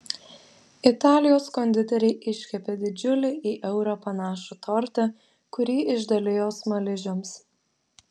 italijos konditeriai iškepė didžiulį į eurą panašų tortą kurį išdalijo smaližiams